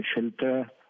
shelter